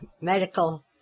medical